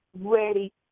ready